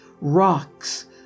rocks